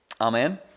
amen